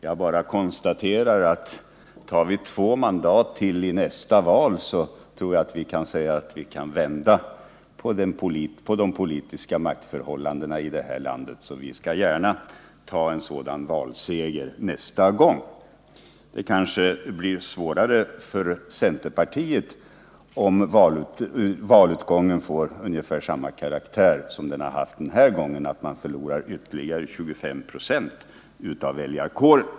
Jag bara konstaterar att tar vi två mandat till i nästa val också, så kan vi vända på de politiska maktförhållandena i landet. Vi skall gärna ta en sådan valseger nästa gång. Det kanske blir svårare för centerpartiet, om valutgången får ungefär samma karaktär som den hade i år, det vill säga att partiet förlorar ytterligare 25 96 av väljarkåren.